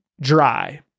dry